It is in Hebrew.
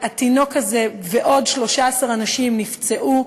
התינוק הזה ועוד 13 אנשים נפצעו.